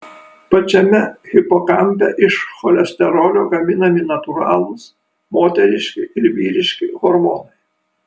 pačiame hipokampe iš cholesterolio gaminami natūralūs moteriški ir vyriški hormonai